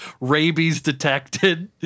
rabies-detected